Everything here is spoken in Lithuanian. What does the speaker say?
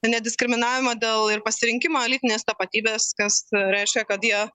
nediskriminavimą dėl ir pasirinkimą lytinės tapatybės kas reiškia kad jie